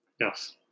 Yes